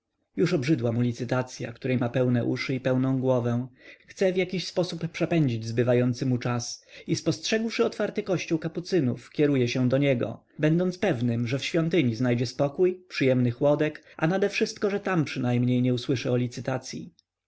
już obrzydła mu licytacya której ma pełne uszy i pełną głowę chce w jakiś sposób przepędzić zbywający mu czas i spostrzegłszy otwarty kościół kapucynów kieruje się do niego będąc pewnym że w świątyni znajdzie spokój przyjemny chłodek a nadewszystko że tam przynajmniej nie usłyszy o licytacyi